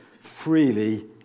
freely